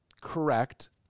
Correct